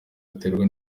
ziterwa